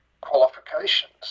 qualifications